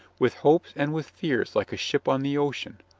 with hopes and with fears, like a ship on the ocean.